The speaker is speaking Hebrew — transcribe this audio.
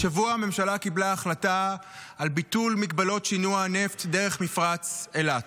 השבוע הממשלה קיבלה החלטה על ביטחון מגבלות שינוע הנפט דרך מפרץ אילת,